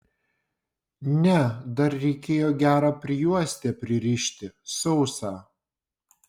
ne dar reikėjo gerą prijuostę pririšti sausą